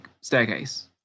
staircase